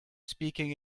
speaking